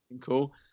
cool